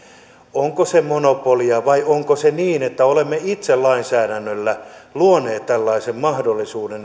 onko se monopolia vai onko se niin että olemme itse lainsäädännöllä luoneet tällaisen mahdollisuuden